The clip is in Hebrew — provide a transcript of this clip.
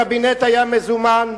הקבינט היה מזומן,